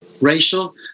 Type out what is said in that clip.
Racial